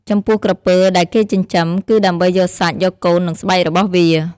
ចំពោះក្រពើដែលគេចិញ្ចឹម គឺដើម្បីយកសាច់ យកកូន និងស្បែករបស់វា។